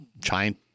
trying